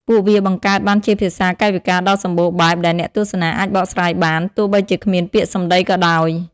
ពួកវាបង្កើតបានជាភាសាកាយវិការដ៏សម្បូរបែបដែលអ្នកទស្សនាអាចបកស្រាយបាន ទោះបីជាគ្មានពាក្យសម្តីក៏ដោយ។